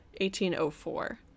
1804